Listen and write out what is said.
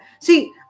See